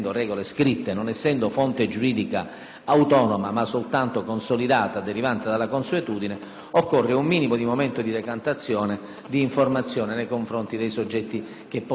autonoma, ma soltanto consolidata e derivante dalla consuetudine, occorre un momento di decantazione e di informazione nei confronti dei soggetti chiamati poi ad applicare queste regole non scritte.